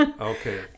okay